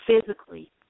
physically